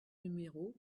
numéro